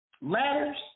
ladders